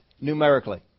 numerically